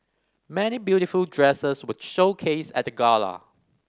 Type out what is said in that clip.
many beautiful dresses were showcased at the gala